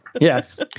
yes